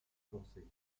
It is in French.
foncées